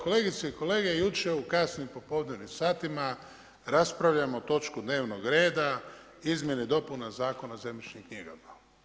Kolegice i kolege, jučer u kasnim popodnevnim satima raspravljamo o točki dnevnog reda, izmjeni, dopuni Zakona o zemljišnim knjigama.